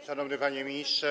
Szanowny Panie Ministrze!